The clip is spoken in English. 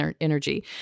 energy